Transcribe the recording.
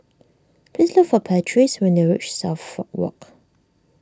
please look for Patrice when you reach Suffolk Walk